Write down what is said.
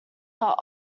but